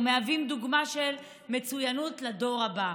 ומהווים דוגמה של מצוינות לדור הבא.